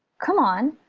come on!